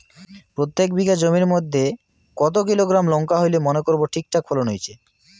প্রত্যেক বিঘা জমির মইধ্যে কতো কিলোগ্রাম লঙ্কা হইলে মনে করব ঠিকঠাক ফলন হইছে?